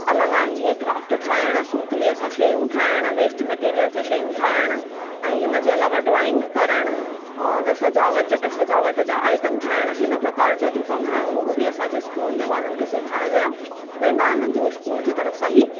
अलॻि आहे जीअं क्राफ़्ट ठाहिण सूतलीअ सां शयूं ठाहिण वेस्ट मटेरीअल सां शयूं ठाहिण ऐं हिनजे अलावा ड्राइंग करण और सजावट ज सजावट जा आइटम ठाहिण हिन प्रकार जा जो कम हे हू बि असांजे स्कूल में ॿारनि खे सेखारिया वेंदा आहिनि जो स्कूल जी तरफ़ सां ही